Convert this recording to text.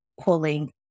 pulling